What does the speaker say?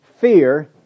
fear